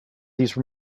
these